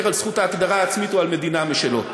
על זכות ההגדרה העצמית או על מדינה משלו.